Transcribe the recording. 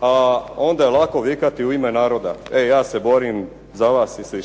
A onda je lako vikati u ime naroda, e ja se borim za vas i